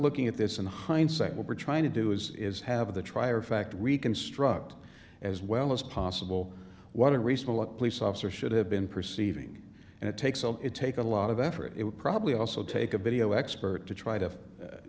looking at this in hindsight what we're trying to do is have the trier of fact reconstruct as well as possible what a recent look police officer should have been perceiving and it takes it takes a lot of effort it would probably also take a video expert to try to